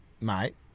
mate